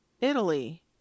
Italy